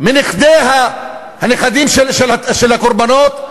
מהנכדים של הקורבנות,